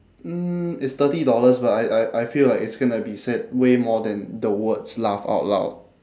mm it's thirty dollars but I I I feel like it's gonna be said way more than the words laugh out loud